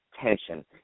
tension